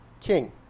king